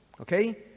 okay